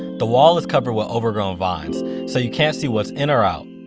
the wall is covered with overgrown vines so you can't see what's in or out.